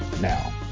now